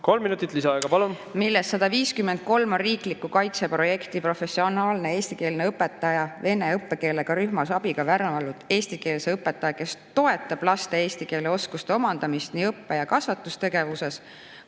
Kolm minutit lisaaega, palun! ... millest 153 on riikliku kaitse projekti "Professionaalne eestikeelne õpetaja vene õppekeelega rühmas" abiga värvanud eestikeelse õpetaja, kes toetab laste eesti keele oskuste omandamist nii õppe‑ ja kasvatustegevuses